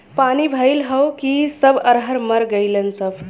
पानी भईल हउव कि सब अरहर मर गईलन सब